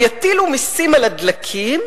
הם יטילו מסים על הדלקים,